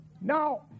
Now